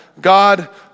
God